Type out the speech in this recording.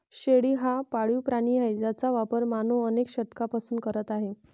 शेळी हा पाळीव प्राणी आहे ज्याचा वापर मानव अनेक शतकांपासून करत आहे